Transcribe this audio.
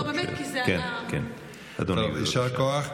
יישר כוח.